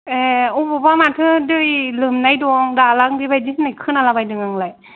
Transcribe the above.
ए अबावबा माथो दै लोमनाय दं दालां बेबायदि होननाय खोनाला बायदों आंलाय